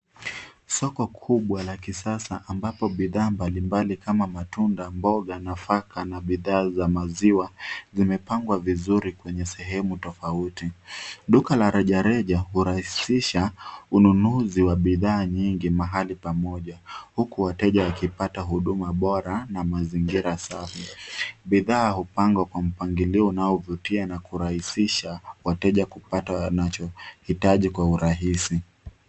Soko kubwa la kisasa ambapo bidhaa mbalimbali kama matunda, mboga, nafaka na bidhaa za maziwa zimepangwa vizuri kwenye sehemu tofauti. Duka la rejareja hurahisisha ununuzi wa bidhaa nyingi mahali pamoja, huku wateja wakipata huduma bora na mazingira safi. Bidhaa hupangwa kwa mpangilio unaovutia na kurahisha wateja kupata wanachohitaji kwa urahisi.